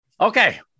Okay